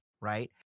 right